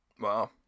Wow